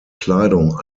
kleidung